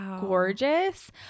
gorgeous